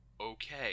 okay